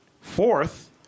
Fourth